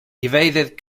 evaded